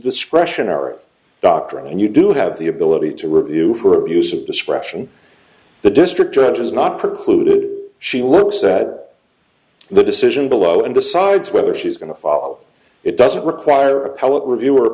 discretionary doctrine and you do have the ability to review for abuse of discretion the district judge is not precluded she looks at the decision below and decides whether she's going to follow it doesn't require